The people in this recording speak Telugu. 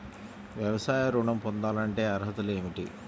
వ్యవసాయ ఋణం పొందాలంటే అర్హతలు ఏమిటి?